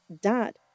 dot